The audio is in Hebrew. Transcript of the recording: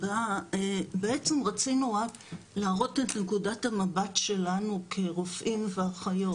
בעצם רצינו רק להראות את נקודת המבט שלנו כרופאים ואחיות,